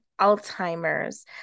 Alzheimer's